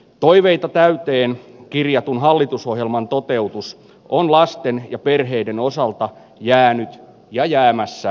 toiveita täyteen kirjattu hallitusohjelman toteutus on lasten ja perheiden osalta jäänyt ja jäämässä